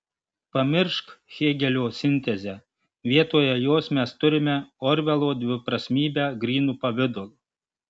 pamiršk hėgelio sintezę vietoje jos mes turime orvelo dviprasmybę grynu pavidalu